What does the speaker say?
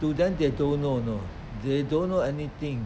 to them they don't know you know they don't know anything